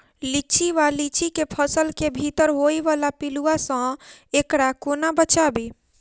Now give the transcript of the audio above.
लिच्ची वा लीची केँ फल केँ भीतर होइ वला पिलुआ सऽ एकरा कोना बचाबी?